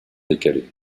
décalé